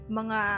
mga